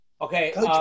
Okay